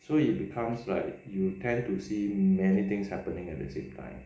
so it becomes like you tend to see many things happening at the same time